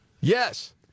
Yes